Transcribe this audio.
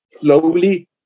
slowly